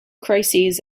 crises